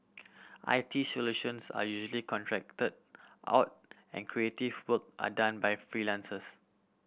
I T solutions are usually contract out and creative work are done by freelances